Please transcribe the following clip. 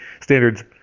standard's